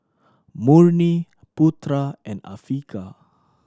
Murni Putera and Afiqah